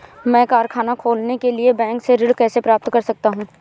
मैं कारखाना खोलने के लिए बैंक से ऋण कैसे प्राप्त कर सकता हूँ?